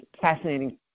fascinating